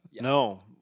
No